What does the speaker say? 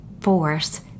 force